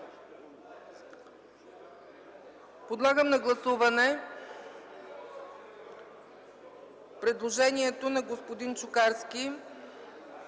Подлагам на гласуване предложението на господин Чукарски